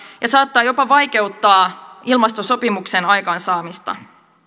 ja saattaa jopa vaikeuttaa ilmastosopimuksen aikaansaamista